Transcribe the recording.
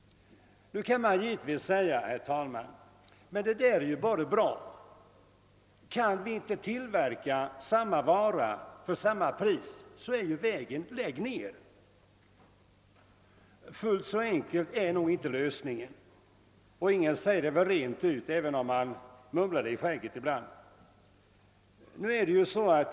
Nu kan man givetvis säga att detta bara är bra. Kan vi inte tillverka samma vara för samma pris måste man lägga ner driften. Men fullt så enkel är nog inte lösningen och ingen säger det väl rent ut, även om man ibland mumlar det i skägget.